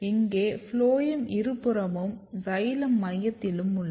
இங்கே ஃபுளோயம் இருபுறமும் சைலம் மையத்திலும் உள்ளது